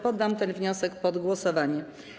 Poddam ten wniosek pod głosowanie.